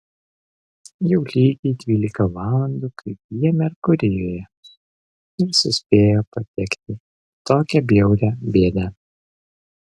jau lygiai dvylika valandų kaip jie merkurijuje ir suspėjo patekti į tokią bjaurią bėdą